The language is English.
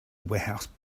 warehouse